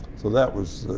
so that was